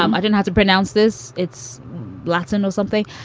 um i didn't have to pronounce this. it's latin or something.